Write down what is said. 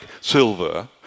silver